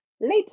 later